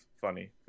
funny